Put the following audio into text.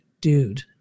dude